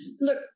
Look